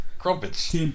Crumpets